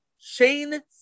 Shane